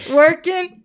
working